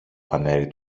πανέρι